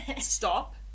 Stop